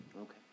Okay